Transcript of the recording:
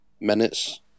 minutes